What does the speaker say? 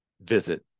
visit